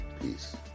peace